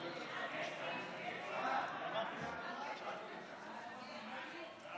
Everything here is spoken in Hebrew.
התשפ"א 2020,